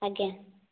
ଆଜ୍ଞା